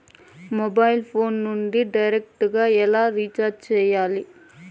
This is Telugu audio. మొబైల్ ఫోను నుండి డైరెక్టు గా ఎలా రీచార్జి సేయాలి